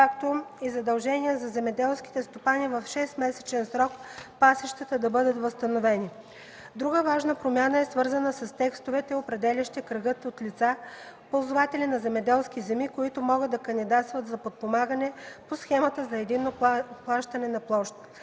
както и задължение за земеделските стопани в 6-месечен срок пасищата да бъдат възстановени. Друга важна промяна е свързана с текстовете, определящи кръга от лица, ползватели на земеделски земи, които могат да кандидатстват за подпомагане по Схемата за единно плащане на площ.